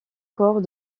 corps